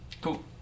Cool